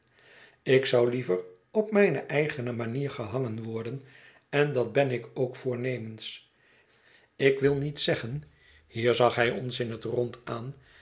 ik zou liever op mijne eigene manier gehangen worden en dat ben ik ook voornemens ik wil niet zeggen hier zag hij ons in het rond aan